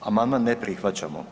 Amandman ne prihvaćamo.